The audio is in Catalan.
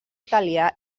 italià